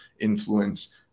influence